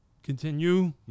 Continue